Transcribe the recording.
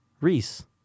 Reese